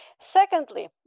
Secondly